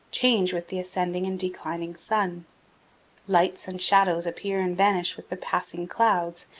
change with the ascending and declining sun lights and shadows appear and vanish with the passing clouds,